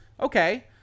okay